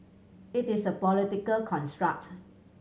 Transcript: it is a political construct